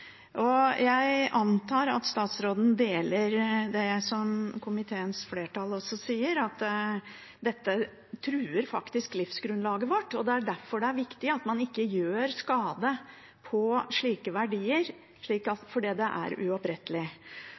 vårt. Jeg antar at statsråden er enig i det komiteens flertall sier, at dette faktisk truer livsgrunnlaget vårt. Derfor er det viktig at man ikke gjør skade på slike verdier, for den vil være uopprettelig. Da synes jeg det er